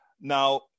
now